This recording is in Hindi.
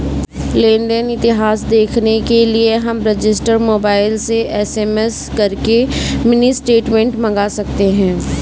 लेन देन इतिहास देखने के लिए हम रजिस्टर मोबाइल से एस.एम.एस करके मिनी स्टेटमेंट मंगा सकते है